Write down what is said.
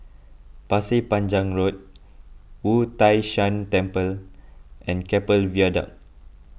Pasir Panjang Road Wu Tai Shan Temple and Keppel Viaduct